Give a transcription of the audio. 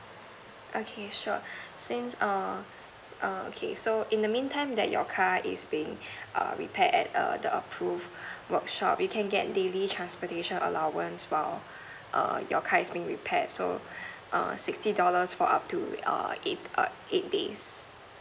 okay sure since err err okay so in the meantime that your car is being err repair at err the approved workshop you can get daily transportation allowance while err you car is being repaired so err sixty dollars for up to err eight eight days